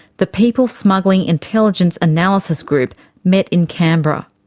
the people smuggling intelligence analysis group met in canberra.